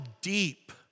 deep